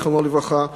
זיכרונו לברכה.